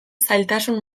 zailtasun